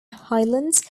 highlands